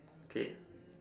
okay